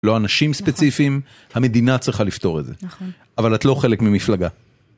לא אנשים ספציפיים, המדינה צריכה לפתור את זה, אבל את לא חלק ממפלגה.